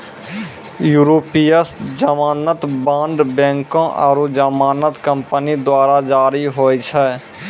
यूरोपीय जमानत बांड बैंको आरु जमानत कंपनी द्वारा जारी होय छै